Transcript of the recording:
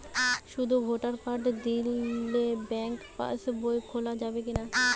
শুধু voter card দিয়ে bank pass বই খোলা যাবে কিনা?